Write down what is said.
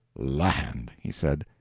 land! he said,